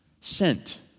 Sent